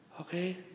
Okay